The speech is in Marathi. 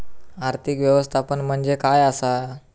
आर्थिक व्यवस्थापन म्हणजे काय असा?